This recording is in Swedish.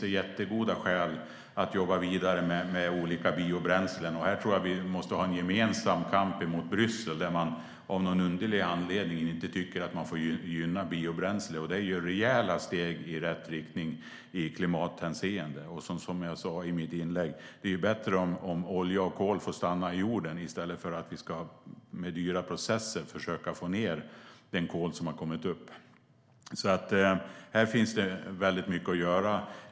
Det finns goda skäl att jobba vidare med olika biobränslen, och jag tror att vi måste ha en gemensam kamp mot Bryssel där man av någon underlig anledning inte tycker att biobränsle får gynnas. Det är ju rejäla steg i rätt riktning i klimathänseende som det kan ge, och som jag sa i mitt inlägg är det bättre om olja och kol får stanna i jorden i stället för att vi med dyra processer ska försöka få ned den kol som har kommit upp. Här finns det alltså mycket att göra.